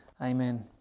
Amen